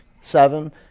seven